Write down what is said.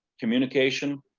communication,